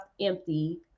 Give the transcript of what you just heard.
empty